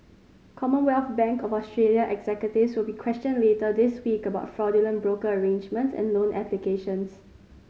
Commonwealth Bank of Australia executives will be questioned later this week about fraudulent broker arrangements and loan applications